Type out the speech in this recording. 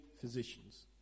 physicians